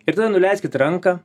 ir tada nuleiskit ranką